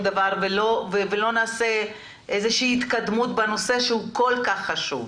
דבר ולא תהיה התקדמות בנושא שהוא כל כך חשוב.